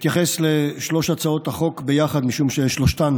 אתייחס לשלוש הצעות החוק יחד, משום ששלושתן